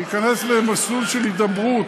להיכנס למסלול של הידברות,